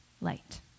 light